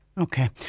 Okay